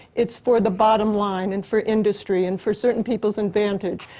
it's for the bottom line and for industry and for certain people's advantage.